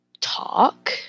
talk